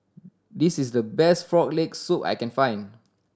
this is the best Frog Leg Soup I can find